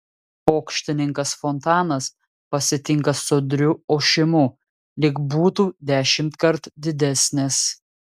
pokštininkas fontanas pasitinka sodriu ošimu lyg būtų dešimtkart didesnis